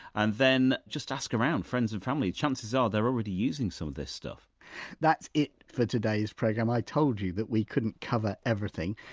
and then just ask around around friends and family chances are they're already using some of this stuff that's it for today's programme. i told you that we couldn't cover everything.